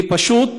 פשוט